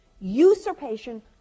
usurpation